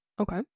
Okay